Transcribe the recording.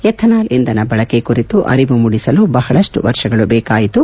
ethanol ಇಂಧನ ಬಳಕೆ ಕುರಿತು ಅರಿವು ಮೂಡಿಸಲು ಬಹಳಷ್ಟು ವರ್ಷಗಳು ಬೇಕಾಯಿತು